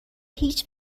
هیچ